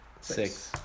Six